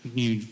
new